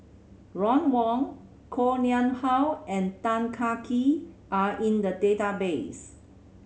Ron Wong Koh Nguang How and Tan Kah Kee are in the database